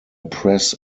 press